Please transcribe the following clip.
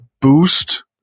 boost